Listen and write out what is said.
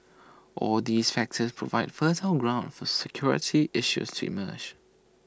all these factors provide fertile ground for security issues to emerge